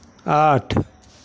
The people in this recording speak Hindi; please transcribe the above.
आठ